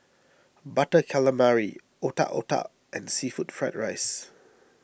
Butter Calamari Otak Otak and Seafood Fried Rice